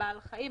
"בעל חיים",